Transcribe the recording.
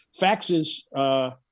Faxes